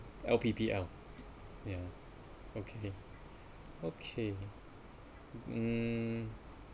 L_P_P_L yeah okay okay mm